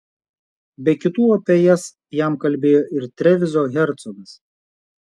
be kitų apie jas jam kalbėjo ir trevizo hercogas